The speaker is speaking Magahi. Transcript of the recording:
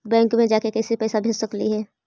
बैंक मे जाके कैसे पैसा भेज सकली हे?